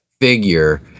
figure